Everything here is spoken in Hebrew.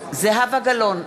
בעד זהבה גלאון,